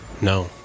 No